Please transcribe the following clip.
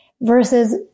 versus